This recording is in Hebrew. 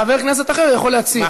חבר כנסת אחר יכול להציע.